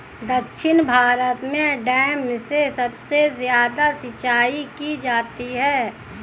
दक्षिण भारत में डैम से सबसे ज्यादा सिंचाई की जाती है